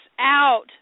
out